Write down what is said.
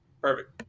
Perfect